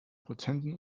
prozenten